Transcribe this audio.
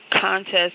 contest